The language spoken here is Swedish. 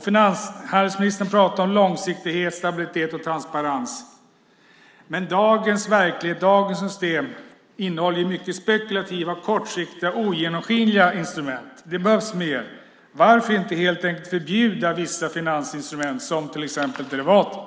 Finanshandelsministern talar om långsiktighet, stabilitet och transparens, men dagens system innehåller många spekulativa, kortsiktiga och ogenomskinliga instrument. Det behövs mer. Varför inte helt enkelt förbjuda vissa finansinstrument, till exempel derivaten?